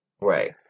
Right